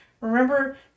remember